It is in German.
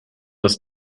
das